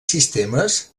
sistemes